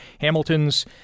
Hamilton's